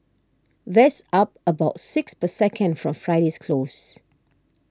that's up about six per second from Friday's close